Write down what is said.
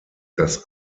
das